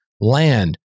Land